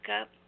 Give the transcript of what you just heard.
up